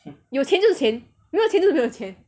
有钱就是钱没有钱就是没有钱